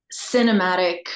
cinematic